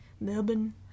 Melbourne